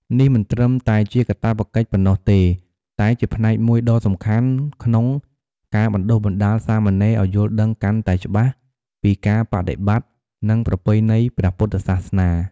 នេះមិនត្រឹមតែជាកាតព្វកិច្ចប៉ុណ្ណោះទេ តែជាផ្នែកមួយដ៏សំខាន់ក្នុងការបណ្ដុះបណ្ដាលសាមណេរឱ្យយល់ដឹងកាន់តែច្បាស់ពីការបដិបត្តិ និងប្រពៃណីព្រះពុទ្ធសាសនា។